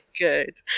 Good